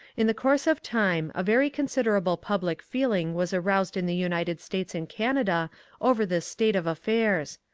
in the course of time a very considerable public feeling was aroused in the united states and canada over this state of affairs.